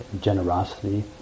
generosity